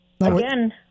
again